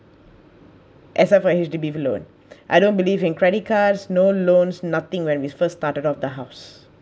except for H_D_B for loan I don't believe in credit cards no loans nothing when we first started off the house